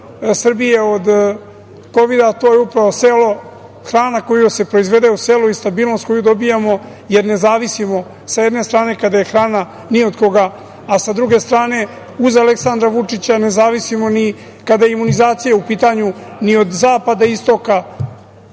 Srbije od Kovida, a to je upravo selo, hrana koja se proizvodi u selu i stabilnost koju dobijamo. Jer, ne zavisimo, sa jedne strane kada je hrana u pitanju, ni od koga, a sa druge strane uz Aleksandra Vučića ne zavisimo ni kada je imunizacija u pitanju ni od zapada, istoka,